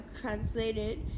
translated